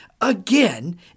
Again